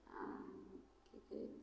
आ ई